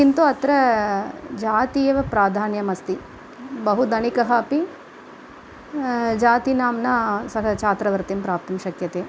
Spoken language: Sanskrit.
किन्तु अत्र जाती एव प्राधान्यमस्ति बहु धनिकः अपि जाति नाम्ना सः छात्रवृत्तिं प्राप्तुं शक्यते